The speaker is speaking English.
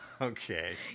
Okay